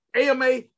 AMA